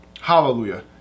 hallelujah